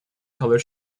colour